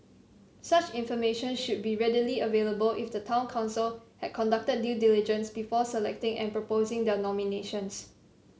such information should be readily available if the town council had conducted due diligence before selecting and proposing their nominations